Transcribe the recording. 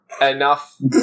Enough